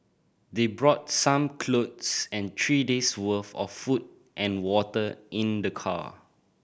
they brought some clothes and three days' worth of food and water in their car